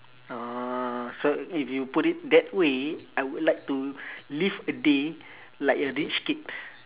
orh so if you put it that way I would like to live a day like a rich kid